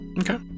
Okay